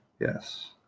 Yes